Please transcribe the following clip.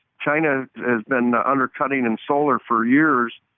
china has been undercutting in solar for years.